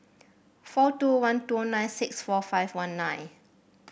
four two one two nine six four five one nine